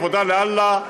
העבודה לאללה,